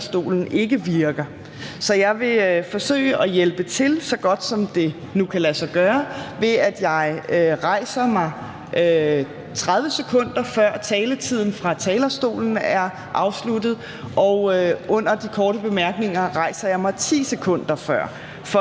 jeg vil forsøge at hjælpe til, så godt som det nu kan lade sig gøre, ved at jeg rejser mig, 30 sekunder før taletiden fra talerstolen er afsluttet, og under de korte bemærkninger rejser jeg mig 10 sekunder før,